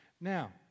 Now